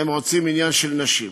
הם רוצים מניין של נשים,